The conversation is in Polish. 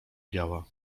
biała